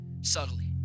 subtly